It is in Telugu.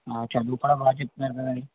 చదువు కూడా బాగా చెప్తున్నారు కదండి